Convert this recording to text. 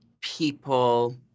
people